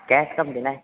cash कब देना है